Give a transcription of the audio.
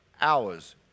Hours